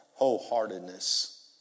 wholeheartedness